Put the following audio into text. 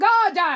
God